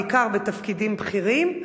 בעיקר בתפקידים בכירים,